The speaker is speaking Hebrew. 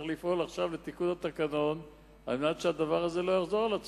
צריך לפעול עכשיו לתיקון התקנון על מנת שהדבר הזה לא יחזור על עצמו.